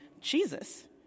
Jesus